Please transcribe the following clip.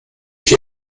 ich